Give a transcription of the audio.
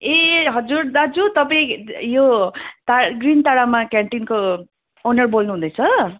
ए हजुर दाजु तपाईँ यो त ग्रिन तारा मा क्यान्टिनको ओनर बोल्नु हुँदैछ